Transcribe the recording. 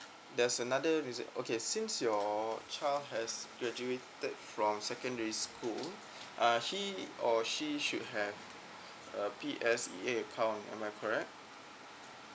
there's another reason okay since your child has graduated from secondary school uh he or she should have a P_S_E_A account am I correct